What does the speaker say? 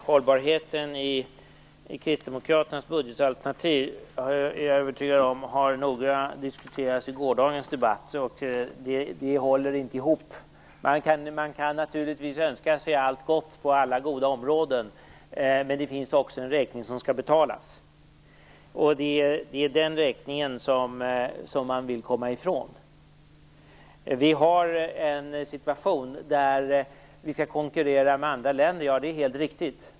Fru talman! Hållbarheten i kristdemokraternas budgetalternativ är jag övertygad om noga har diskuterats i gårdagens debatt. Det håller inte. Man kan naturligtvis önska sig allt gott på alla goda områden, men det finns också en räkning som skall betalas. Det är den räkningen som man vill komma ifrån. Vi har en situation där vi skall konkurrera med andra länder. Det är helt riktigt.